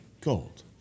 Gold